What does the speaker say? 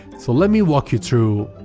so let me walk you through.